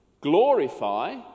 glorify